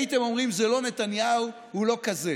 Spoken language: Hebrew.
הייתם אומרים, זה לא נתניהו, הוא לא כזה,